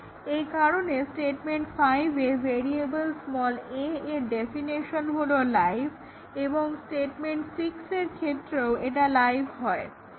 এই কারণে স্টেটমেন্ট 5 এ ভেরিয়েবল a এর ডেফিনেশন হলো লাইভ এবং স্টেটমেন্ট 6 এর ক্ষেত্রেও এটা লাইভ হবে